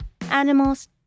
animals